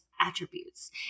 attributes